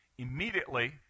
Immediately